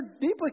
deeply